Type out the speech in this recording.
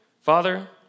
father